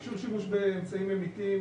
אישור שימוש באמצעים ממיתים